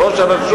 של ראש הרשות.